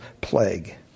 plague